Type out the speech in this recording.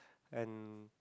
and